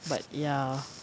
but ya